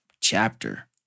chapter